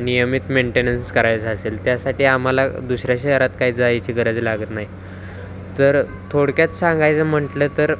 नियमित मेंटेनन्स करायचा असेल त्यासाठी आम्हाला दुसऱ्या शहरात काय जायची गरज लागत नाही तर थोडक्यात सांगायचं म्हटलं तर